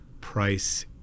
price